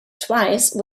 twice